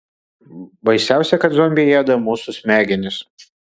baisiausia kad zombiai ėda mūsų smegenis